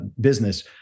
business